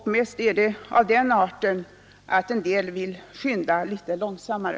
Mest är de av den arten att en del vill skynda litet långsammare